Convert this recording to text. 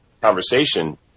conversation